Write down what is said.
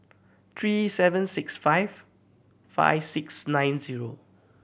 three seven six five five six nine zero